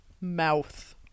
mouth